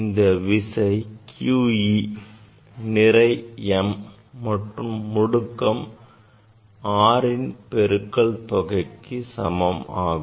இந்த விசை qE நிறை m மற்றும் முடுக்கம் fன் பெருக்கல் தொகைக்கு சமமாகும்